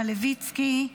מלביצקי,